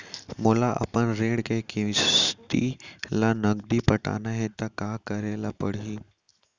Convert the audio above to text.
मोला अपन ऋण के किसती ला नगदी पटाना हे ता का करे पड़ही?